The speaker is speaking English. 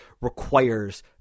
requires